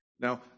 Now